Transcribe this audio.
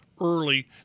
early